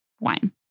wine